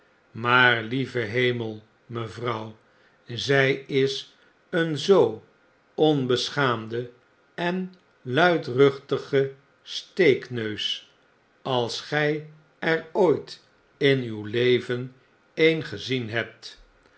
maar lieve hemel mevrouw zij is een zoo onbeschaamde en luidruchtige steekneus als gy er ooit in uw leven een gezien hebt